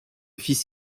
fils